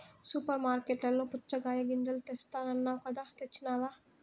super మార్కట్లలో పుచ్చగాయ గింజలు తెస్తానన్నావ్ కదా తెచ్చినావ